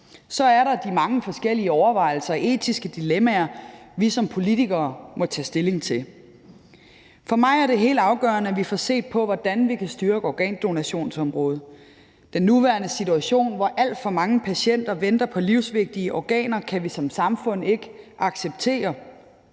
Så er der de mange forskellige overvejelser og etiske dilemmaer, vi som politikere må tage stilling til. For mig er det helt afgørende, at vi får set på, hvordan vi kan styrke organdonationsområdet. Den nuværende situation, hvor alt for mange patienter venter på livsvigtige organer, kan vi som samfund ikke acceptere.